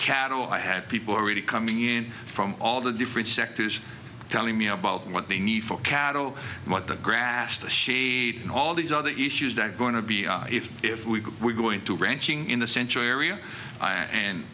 caddo i had people already coming in from all the different sectors telling me about what they need for cattle what the grass the shade and all these other issues that going to be if if we were going to ranching in the central area a